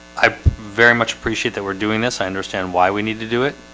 i very much appreciate that we're doing this. i understand why we need to do it.